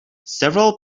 several